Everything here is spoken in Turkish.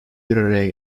biraraya